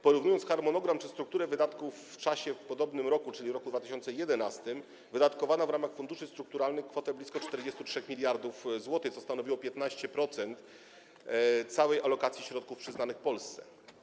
Porównując harmonogram czy strukturę wydatków w czasie, w podobnym roku, czyli w roku 2011, wydatkowano w ramach funduszy strukturalnych kwotę blisko 43 mld zł, co stanowiło 15% całej alokacji środków przyznanych Polsce.